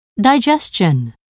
digestion